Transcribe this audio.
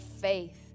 faith